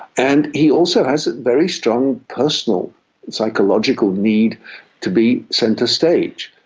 and he also has a very strong personal psychological need to be centre stage.